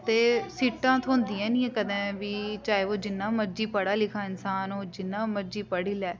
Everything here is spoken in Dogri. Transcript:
ते सीटां थ्होंदियां नी हैन कदें बी चाहें ओह् जिन्ना मर्जी पढ़ा लिखा इंसान हो जिन्ना मर्जी पढ़ी लै